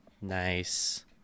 Nice